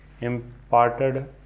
imparted